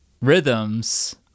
rhythms